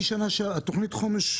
בשנה שעברה הייתה